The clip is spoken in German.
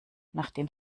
nachdem